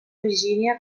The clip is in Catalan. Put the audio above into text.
virgínia